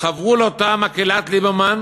חברו לאותה מקהלת ליברמן,